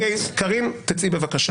קארין, תצאי בבקשה.